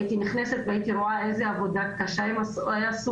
הייתי נכנסת והייתי רואה איזה עבודה קשה הן עשו.